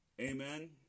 Amen